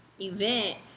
event